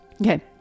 Okay